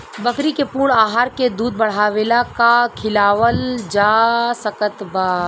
बकरी के पूर्ण आहार में दूध बढ़ावेला का खिआवल जा सकत बा?